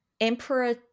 Emperor